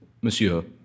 Monsieur